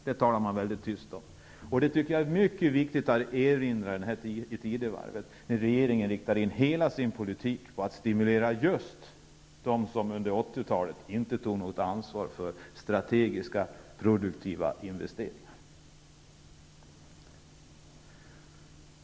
Det talar man väldigt tyst om, och det tycker jag är mycket viktigt att erinra om i det här tidevarvet, när regeringen riktar in hela sin politik på att stimulera just dem som under 80-talet inte tog något ansvar för strategiska, produktiva investeringar.